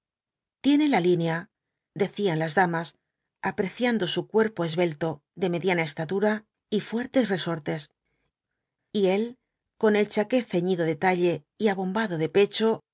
tiene la línea decían las damas apreciando su cuerpo esbelto de mediana estatura y fuertes resortes y él con el chaquet ceñido de talle y abombado de pecho